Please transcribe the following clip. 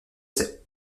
c’est